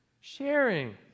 Sharing